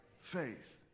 faith